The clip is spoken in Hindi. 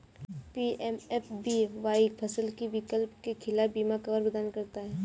पी.एम.एफ.बी.वाई फसल की विफलता के खिलाफ बीमा कवर प्रदान करता है